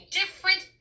different